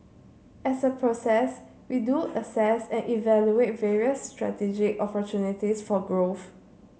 as a process we do assess and evaluate various strategic opportunities for growth